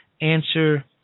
answer